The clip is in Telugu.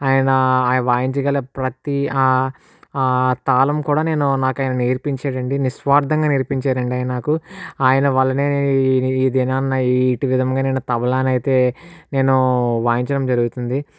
ఆయన వాయించగలిగే ప్రతీ తాళం కూడా నేను నాకు ఆయన నేర్పించాడు అండి నిస్వార్ధంగా నేర్పించారు అండి ఆయన నాకు ఆయన వలనే నేను ఈ ఈ దినాన యిట్టివిధముగా తబలానైతే నేను వాయించడం జరుగుతుంది